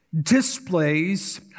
displays